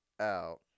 out